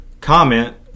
comment